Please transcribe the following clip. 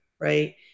right